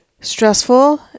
Stressful